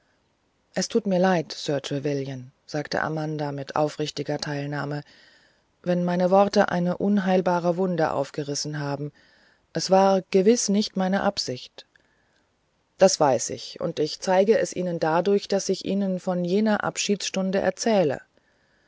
es tut mir leid sir trevelyan sagte amanda mit aufrichtiger teilnahme wenn meine worte eine unheilbare wunde aufgerissen haben es war gewiß nicht meine absicht das weiß ich und ich zeige es ihnen dadurch daß ich ihnen von jener abschiedsstunde erzähle